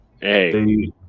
Hey